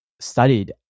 Studied